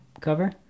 cover